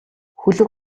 хөлөг